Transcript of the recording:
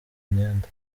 imyenda